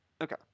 Okay